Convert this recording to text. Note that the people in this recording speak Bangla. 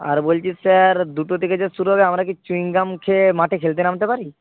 আর বলছি স্যার দুটো থেকে যে শুরু হবে আমরা কি চুইং গাম খেয়ে মাঠে খেলতে নামতে পারি